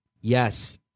yes